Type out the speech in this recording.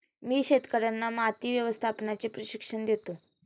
मी शेतकर्यांना माती व्यवस्थापनाचे प्रशिक्षण देतो